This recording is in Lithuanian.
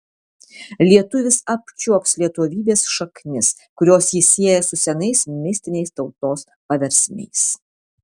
lietuvis apčiuops lietuvybės šaknis kurios jį sieja su senais mistiniais tautos paversmiais